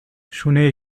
شونه